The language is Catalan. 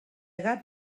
gat